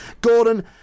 Gordon